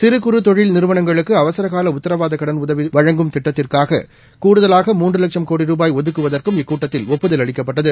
சிறு குறு தொழில் நிறுவனங்களுக்கு அவசரகால உத்தரவாத கடன் உதவி வழங்கும் திட்டத்திற்காக கூடுதலாக மூன்று வட்சம் கோடி ரூபாய் ஒதுக்குவதற்கும் இக்கூட்டத்தில் ஒப்புதல் அளிக்கப்பட்டது